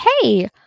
hey